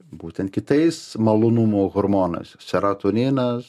būtent kitais malonumo hormonas seratoninas